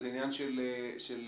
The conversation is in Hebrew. זה עניין של Milestones.